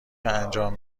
انجام